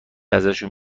ازشون